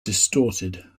distorted